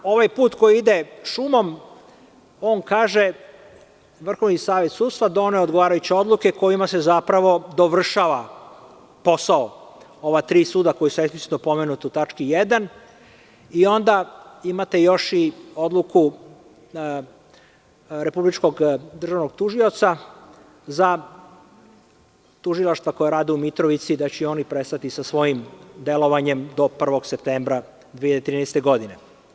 Ovaj puta koji ide šumom, on kaže – Vrhovni savet sudstva doneo odgovarajuće odluke kojima se, zapravo, dovršava posao ova tri suda koji su eksplicitno pomenuta u tački 1. Onda imate još odluku Republičkog državnog tužioca za tužilaštva koja rade u Mitrovici da će i oni prestati sa svojim delovanjem do 1. septembra 2013. godine.